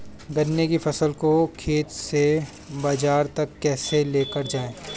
गन्ने की फसल को खेत से बाजार तक कैसे लेकर जाएँ?